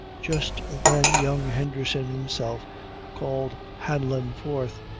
just then young henderson himself called hanlon forth,